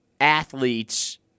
athletes